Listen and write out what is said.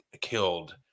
killed